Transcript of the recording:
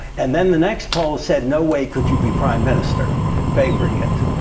and then the next poll said no way could you be prime minister favoring it.